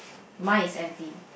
mine is empty